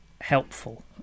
helpful